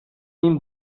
این